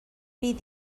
bydd